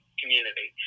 community